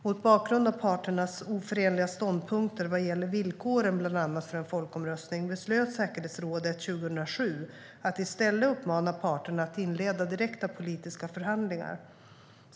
Mot bakgrund av parternas oförenliga ståndpunkter vad gäller villkoren bland annat för en folkomröstning beslöt säkerhetsrådet 2007 att i stället uppmana parterna att inleda direkta politiska förhandlingar.